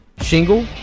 Shingle